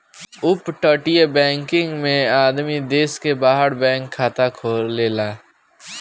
अपतटीय बैकिंग में आदमी देश के बाहर बैंक खाता खोलेले